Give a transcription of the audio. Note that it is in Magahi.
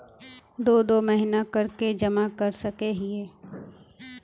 दो दो महीना कर के जमा कर सके हिये?